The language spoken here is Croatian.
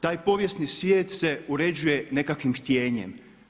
Taj povijesni svijet se uređuje nekakvim htjenjem.